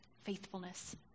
faithfulness